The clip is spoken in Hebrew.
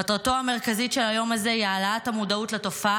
מטרתו המרכזית של היום הזה היא העלאת המודעות לתופעה